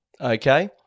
okay